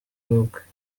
look